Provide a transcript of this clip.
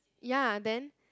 ya then